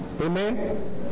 Amen